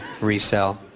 resell